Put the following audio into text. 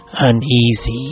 uneasy